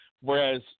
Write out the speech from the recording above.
Whereas